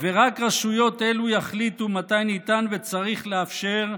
ורק רשויות אלו יחליטו מתי ניתן וצריך לאפשר,